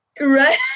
right